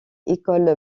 ecole